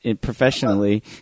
professionally